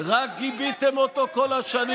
רק גיביתם אותו כל השנים.